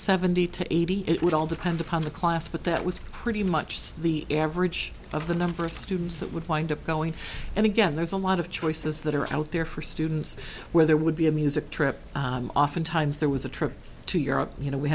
seventy to eighty it would all depend upon the class but that was pretty much the average of the number of students that would wind up going and again there's a lot of choices that are out there for students where there would be a music trip oftentimes there was a trip to europe you know we